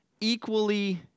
equally